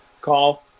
call